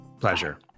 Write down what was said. Pleasure